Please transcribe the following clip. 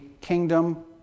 kingdom